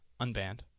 unbanned